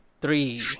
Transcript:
three